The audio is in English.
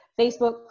facebook